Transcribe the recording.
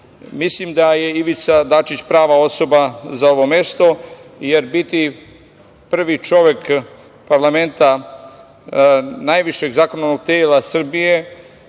Mislim da je Ivica Dačić prava osoba za ovo mesto, jer biti prvi čovek parlamenta najvišeg zakonodavnog tela Srbije,